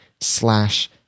slash